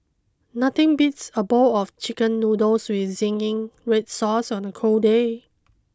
nothing beats a bowl of chicken noodles with zingy red sauce on a cold day